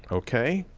okay,